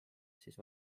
siis